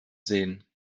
sehen